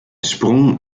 sprong